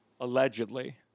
allegedly